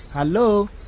Hello